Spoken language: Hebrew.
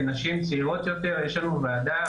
ונשים צעירות יותר יש לנו ועדה,